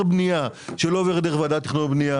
בנייה שלא עובר דרך ועדת תכנון ובניה,